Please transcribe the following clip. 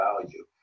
value